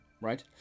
Right